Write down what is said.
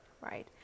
right